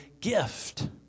gift